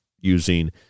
using